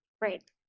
Right